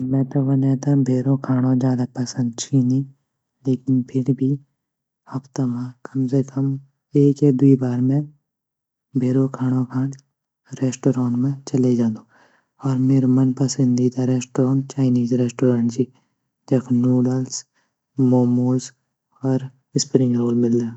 में त वने त भैरो खाणों ज़्यादा पसंद छी नी लेकिन फिर भी हफ़्ता म कम से कम एक या वाई बार मैं भैरो खाणों खाण रेस्टोरेंट मा चले जंदू और मेरु मन पसंदीदा रेस्टोरोंट चाइनीज़ रेंस्टोरोंट ची ज़ख नूडल्स, मोमोस, और स्प्रिंग रोल मिल्दा।